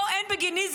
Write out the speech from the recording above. פה אין בגיניזם.